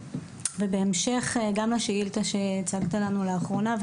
ובהמשך גם לשאילתה שהצגת לנו לאחרונה,